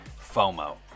FOMO